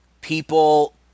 people